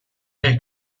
ray